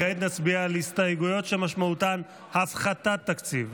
כעת נצביע על הסתייגויות שמשמעותן הפחתת תקציב.